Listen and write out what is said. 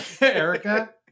Erica